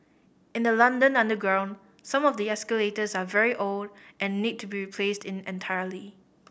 in the London underground some of the escalators are very old and need to be replaced in entirety